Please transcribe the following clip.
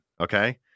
Okay